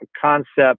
concept